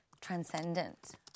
transcendent